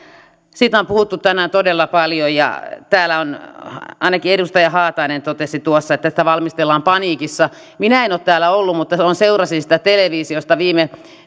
siitä on puhuttu tänään todella paljon ja ainakin edustaja haatainen totesi tuossa että sitä valmistellaan paniikissa minä en ole täällä ollut mutta seurasin sitä televisiosta viime